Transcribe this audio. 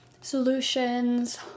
solutions